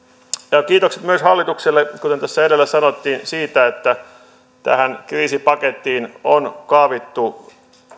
ja kiitokset myös hallitukselle kuten tässä edelle sanottiin siitä että tähän kriisipakettiin on kaavittu